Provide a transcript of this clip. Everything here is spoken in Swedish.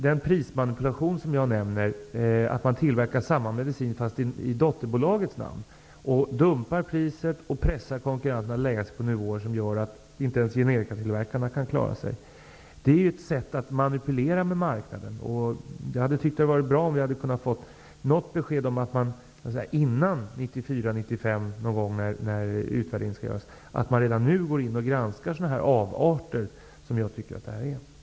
Den prismanipulation som jag nämner -- att man tillverkar samma medicin fast i dotterbolagets namn, dumpar priset och pressar konkurrenterna att lägga sig på nivåer som gör att inte ens generikatillverkarna kan klara sig -- är ju ett sätt att minipulera marknaden. Jag tycker att det hade varit bra om vi kunde få något besked om att man före 1994/95, när utvärderingen skall göras, och gärna redan nu, skall granska sådana här avarter. Jag tycker nämligen att det är fråga om avarter.